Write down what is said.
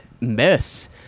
mess